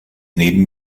neben